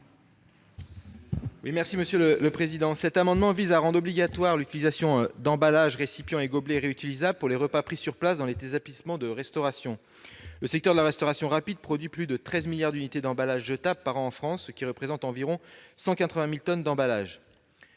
Merci, monsieur le président